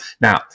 Now